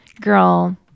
Girl